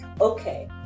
okay